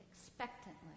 expectantly